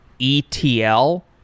ETL